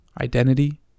identity